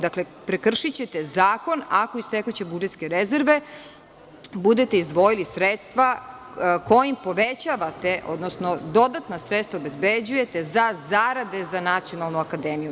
Dakle, prekršićete zakon ako iz tekuće budžetske rezerve budete izdvojili sredstva kojim povećavate, odnosno dodatna sredstva obezbeđujete za zarade za Nacionalnu akademiju.